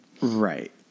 Right